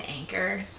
anchor